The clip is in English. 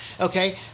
Okay